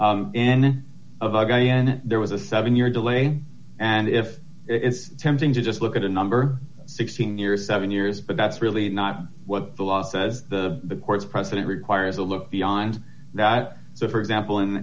then of a guy and there was a seven year delay and if it's tempting to just look at a number sixteen years seven years but that's really not what the law said the court's precedent requires a look beyond that for example in